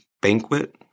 banquet